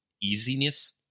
easiness